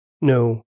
No